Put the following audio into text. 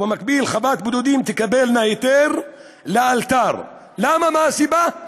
ובמקביל חוות בודדים תקבל היתר לאלתר, מה הסיבה?